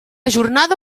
jornada